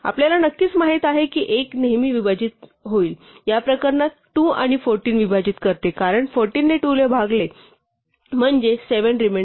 आपल्याला नक्कीच माहित आहे की 1 नेहमी विभाजित होईल या प्रकरणात 2 14 विभाजित करते कारण 14 ने 2 ने भागले म्हणजे 7 रिमेंडर आहे